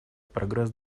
прогресс